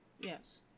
yes